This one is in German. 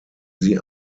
sie